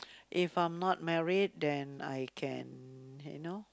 if I'm not married then I can you know